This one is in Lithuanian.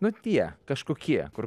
nu tie kažkokie kur